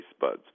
buds